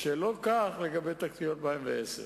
הדיון הזה?